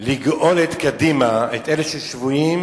לגאול את קדימה, את אלה ששבויים